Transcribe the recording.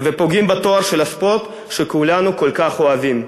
ופוגעים בטוהר של הספורט, שכולנו כל כך אוהבים.